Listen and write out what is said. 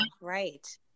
right